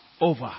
over